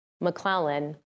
McClellan